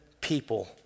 people